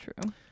true